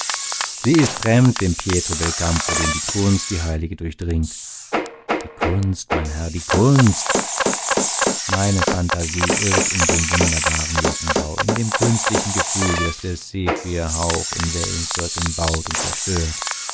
sie ist fremd dem pietro belcampo den die kunst die heilige durchdringt die kunst mein herr die kunst meine phantasie irrt in dem wunderbaren lockenbau in dem künstlichen gefüge das der zephyrhauch in wellenzirkeln baut und zerstört